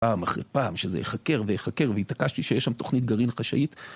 פעם אחרי פעם שזה יחקר ויחקר והתעקשתי שיש שם תוכנית גרעין חשאית.